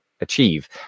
achieve